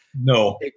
No